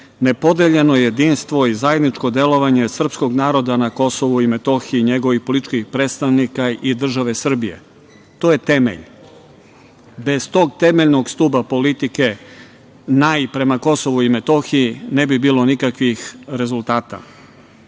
nepodeljeno jedinstvo i zajedničko delovanje srpskog naroda na Kosovu i Metohiji i njegovih političkih predstavnika i države Srbije. To je temelj. Bez tog temeljnog stuba politike najpre prema Kosovu i Metohiji ne bi bilo nikakvih rezultata.